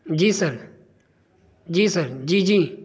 جی sir جی sir جی جی